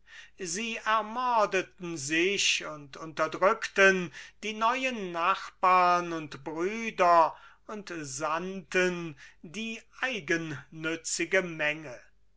sie ermordeten sich und unterdrückten die neuen nachbarn und brüder und sandten die eigennützige menge